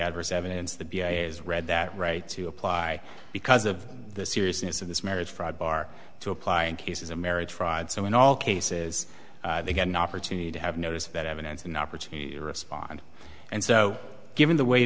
adverse evidence that is read that right to apply because of the seriousness of this marriage fraud bar to apply in cases of marriage fraud so in all cases they get an opportunity to have notice that evidence an opportunity to respond and so given the w